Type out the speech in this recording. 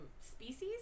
species